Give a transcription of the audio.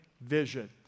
Vision